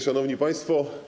Szanowni Państwo!